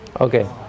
Okay